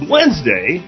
Wednesday